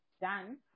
done